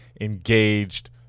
engaged